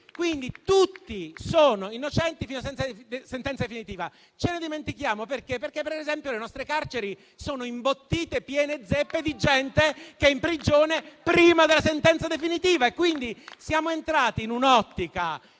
quindi, tutti sono innocenti fino a sentenza definitiva. Ce ne dimentichiamo perché, per esempio, le nostre carceri sono imbottite, piene zeppe di gente che è in prigione prima della sentenza definitiva. Siamo entrati in un'ottica